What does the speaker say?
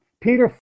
peter